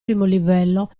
livello